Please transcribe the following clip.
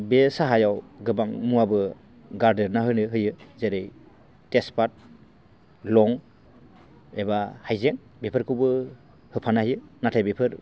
बे साहायाव गोबां मुवाबो गारदेरना होनो होयो जेरै तेजफाट लं एबा हाइजें बेफोरखौबो होफानो हायो नाथाय बेफोर